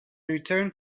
returned